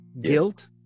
guilt